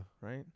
Right